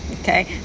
okay